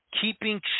keeping